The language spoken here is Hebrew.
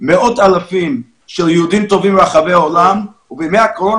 מאות אלפים של יהודים טובים מרחבי העולם ובימי הקורונה